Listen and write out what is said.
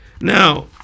Now